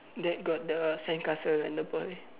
that got the sandcastle and the boy